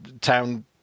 Town